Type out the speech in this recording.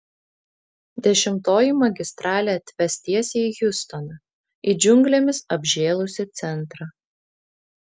dešimtoji magistralė atves tiesiai į hjustoną į džiunglėmis apžėlusį centrą